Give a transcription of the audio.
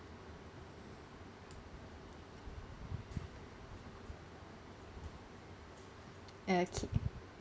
okay